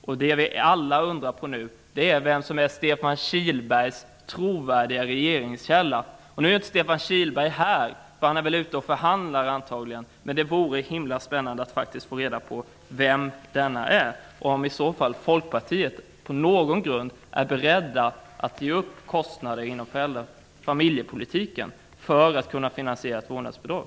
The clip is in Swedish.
Det som vi alla undrar över nu är vem som är Stefan Kihlberg är inte här -- han är antagligen ute och förhandlar -- men det vore spännande att få reda på vem som är källan och om Folkpartiet på någon grund är berett att ge upp kostnader i familjepolitiken för att kunna finansiera ett vårdnadsbidrag.